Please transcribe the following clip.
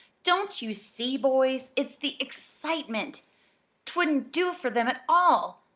don't you see, boys? it's the excitement twouldn't do for them at all.